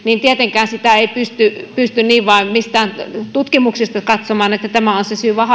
tietenkään sitä ei pysty niin vain mistään tutkimuksista katsomaan että tämä on se syy vaan